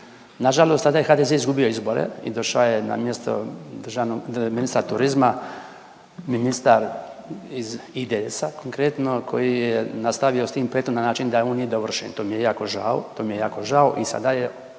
Nažalost tada je HDZ izgubio izbore i došao je na mjesto državnog, ministra turizma ministar iz IDS-a konkretno koji je nastavio s tim projektom na način da on nije dovršen. To mi je jako žao, to mi je